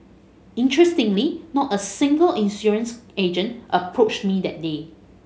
interestingly not a single insurance agent approached me that day